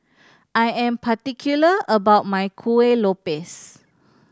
I am particular about my Kuih Lopes